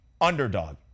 underdog